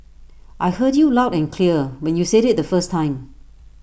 I heard you loud and clear when you said IT the first time